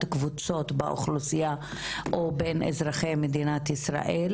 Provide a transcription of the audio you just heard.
קבוצות באוכלוסייה או בין אזרחי מדינת ישראל.